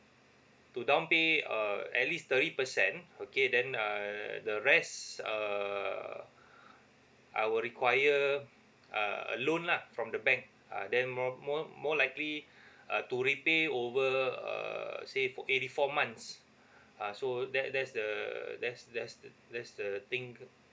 to downpay uh at least thirty percent okay then err the rest err I will require a a loan lah from the bank ah then more more more likely uh to repay over err say for eighty four months ah so that that's the that's that's the that's the thing